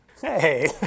Hey